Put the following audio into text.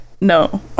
No